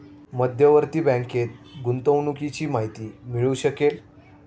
मध्यवर्ती बँकेत गुंतवणुकीची माहिती मिळू शकेल